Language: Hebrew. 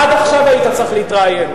עד עכשיו היית צריך להתראיין.